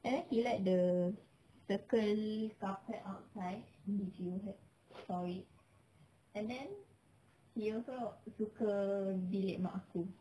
and then he like the circle carpet outside if you have saw it and then he also suka bilik mak aku